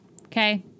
okay